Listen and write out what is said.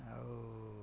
ଆଉ